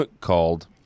called